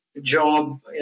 job